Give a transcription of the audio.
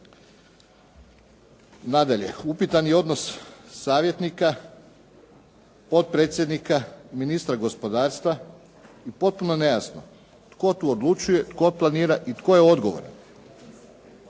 Nadalje, upitan je odnos savjetnika, potpredsjednika, ministra gospodarstva, potpuno nejasno tko tu odlučuje, tko tu planira i tko je odgovoran.